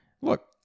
look